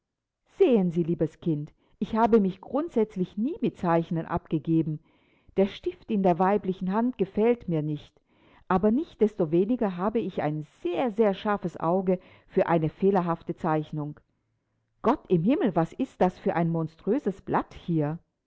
sehen sie liebes kind ich habe mich grundsätzlich nie mit zeichnen abgegeben der stift in der weiblichen hand gefällt mir nicht aber nichtsdestoweniger habe ich ein sehr sehr scharfes auge für eine fehlerhafte zeichnung gott im himmel was ist das für ein monströses blatt hier